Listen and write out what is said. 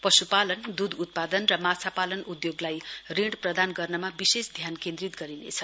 पश्पालन दुध उत्पादन र माछा पालन उद्योगलाई ऋण प्रदान गर्नमा विशेष ध्यान केन्द्रित गरिनेछ